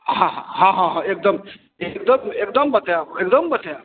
हँ हँ हँ हँ हँ एगदम एगदम एगदम बताएब एगदम बताएब